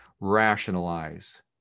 rationalize